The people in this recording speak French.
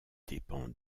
dépend